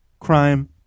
crime